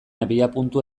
abiapuntu